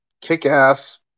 kick-ass